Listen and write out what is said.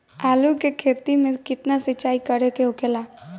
आलू के खेती में केतना सिंचाई करे के होखेला?